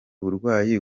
burwayi